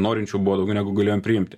norinčių buvo daugiau negu galėjom priimti